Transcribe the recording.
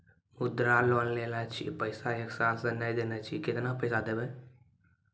मुद्रा लोन लेने छी पैसा एक साल से ने देने छी केतना पैसा देब?